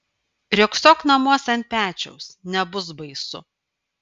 riogsok namuos ant pečiaus nebus baisu